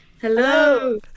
Hello